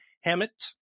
Hammett